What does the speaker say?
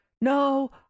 no